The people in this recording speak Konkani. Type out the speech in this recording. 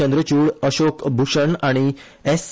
चंद्रचूड अशोक भुशण आनी एस